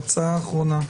את ההצעה האחרונה.